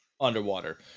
underwater